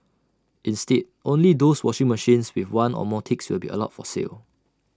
instead only those washing machines with one or more ticks will be allowed for sale